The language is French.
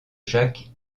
jacques